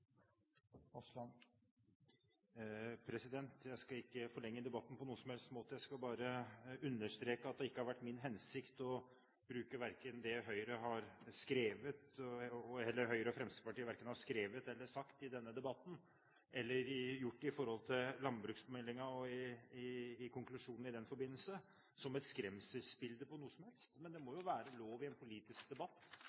Aasland har hatt ordet to ganger tidligere i debatten og får ordet til en kort merknad, begrenset til 1 minutt. Jeg skal ikke forlenge debatten på noen som helst måte, jeg skal bare understreke at det ikke har vært min hensikt å bruke det Høyre og Fremskrittspartiet verken har skrevet eller sagt i denne debatten, eller gjort med hensyn til landbruksmeldingen og konklusjonen i den forbindelse, som et skremselsbilde på noe som helst. Men det må